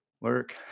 Work